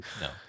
no